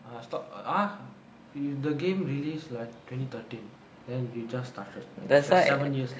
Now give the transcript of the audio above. ah stor~ ah the game release like twenty thirteen then you just started that's seven years later